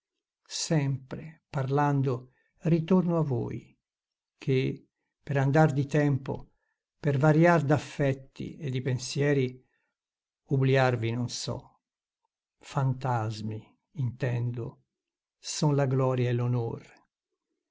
sempre parlando ritorno a voi che per andar di tempo per variar d'affetti e di pensieri obbliarvi non so fantasmi intendo son la gloria